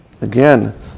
Again